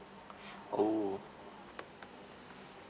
oh